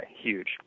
Huge